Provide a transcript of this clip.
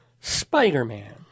Spider-Man